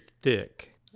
thick